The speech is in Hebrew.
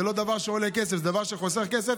זה לא דבר שעולה כסף, זה דבר שחוסך כסף.